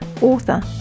author